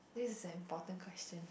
this is an important question